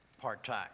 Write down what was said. part-time